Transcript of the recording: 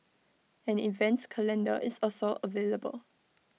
an event calendar is also available